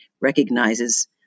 recognizes